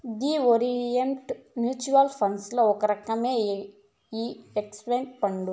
theme orient mutual ఫండ్లల్ల ఒక రకమే ఈ పెన్సన్ ఫండు